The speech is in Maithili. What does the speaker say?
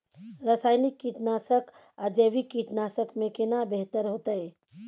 रसायनिक कीटनासक आ जैविक कीटनासक में केना बेहतर होतै?